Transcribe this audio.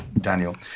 Daniel